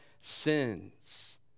sins